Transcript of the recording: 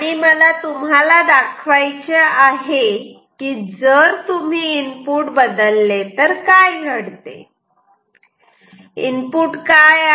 आणि मला तुम्हाला दाखवायचे आहे की जर तुम्ही इनपुट बदलले तर काय घडते इनपुट काय आहे